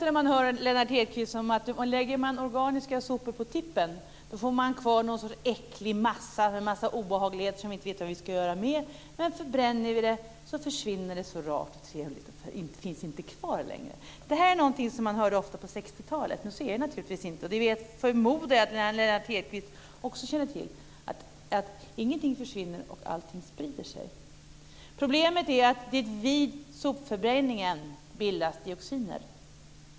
När man hör Lennart Hedquist låter det som att lägger man organiska sopor på tippen får man kvar någon sorts äcklig massa med en hel del obehagligheter som vi inte vet vad vi ska göra med. Men förbränner vi det försvinner det så rart och trevligt och finns inte längre kvar. Det är något som man hörde ofta på 60-talet, men så är det naturligtvis inte. Det förmodar jag att Lennart Hedquist också känner till; att ingenting försvinner och att allting sprider sig. Problemet är att det vid sopförbränningen bildas dioxiner.